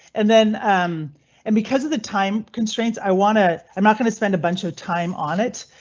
and then um and because of the time constraints i want to, i'm not going to spend a bunch of time on it.